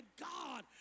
God